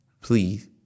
Please